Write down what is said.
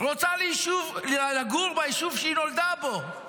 רוצה לגור ביישוב שהיא נולדה בו,